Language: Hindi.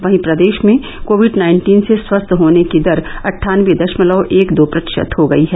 वहीं प्रदेश में कोविड नाइन्टीन से स्वस्थ होने की दर अट्ठानबे दशमलव एक दो प्रतिशत हो गई है